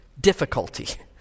difficulty